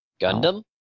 gundam